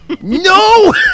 No